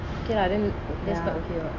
okay lah then that's quite okay [what]